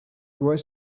was